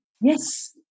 yes